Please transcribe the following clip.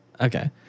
Okay